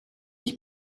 ich